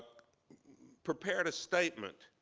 prepared a statement.